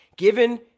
Given